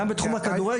גם בתחום הכדורגל,